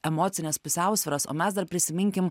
emocinės pusiausvyros o mes dar prisiminkim